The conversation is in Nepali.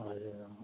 हजुर